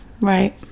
right